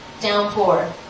downpour